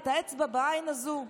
את האצבע בעין הזו,